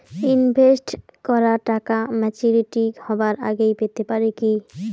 Invest করা টাকা maturity হবার আগেই পেতে পারি কি?